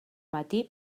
matí